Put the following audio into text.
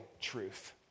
truth